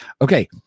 Okay